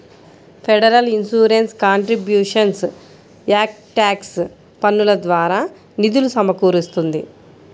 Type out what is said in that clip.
federal insurance contributions act tax పన్నుల ద్వారా నిధులు సమకూరుస్తుంది